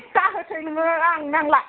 दा होसै नोङो आंनो नांला